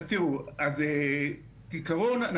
בעיקרון,